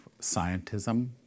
scientism